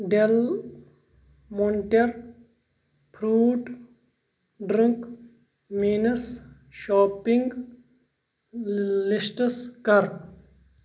Dell مونٹیک fruit drink میٲنس shopping lists کَر